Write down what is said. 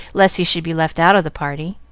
lest he should be left out of the party.